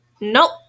Nope